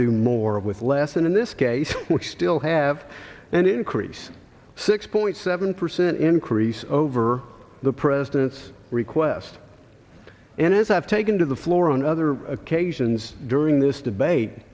do more with less and in this case which still have an increase six point seven percent increase over the president's request and as i've taken to the floor on other occasions during this debate